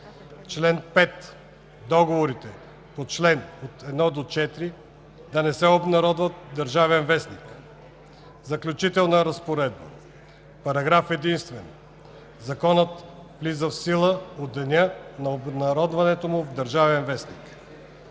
споразумение по чл. 1 да не се обнародва в „Държавен вестник“. Заключителна разпоредба Параграф единствен. Законът влиза в сила от деня на обнародването му в „Държавен вестник“.“